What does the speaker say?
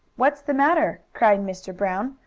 what's the matter? cried mr. brown,